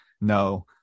No